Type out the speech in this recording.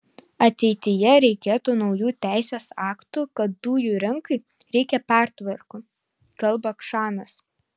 ateityje reikėtų naujų teisės aktų kad dujų rinkai reikia pertvarkų kalba kšanas